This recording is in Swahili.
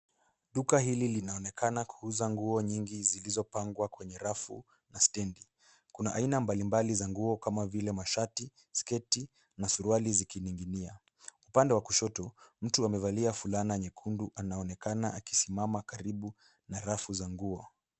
Duka hili linaonekana kuuza nguo nyingi zilizopangwa kwenye rafu na stendi. Kuna aina mbalimbali za nguo kama vile mashati, sketi, na suruali zikiniginia. Upande wa kushoto, mtu aliyevalia fulana nyekundu anaonekana akihudumia mama karibu na rafu za nguo.